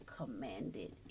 Commanded